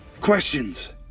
questions